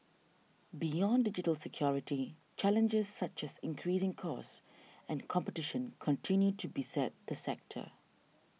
beyond digital security challenges such as increasing costs and competition continue to beset the sector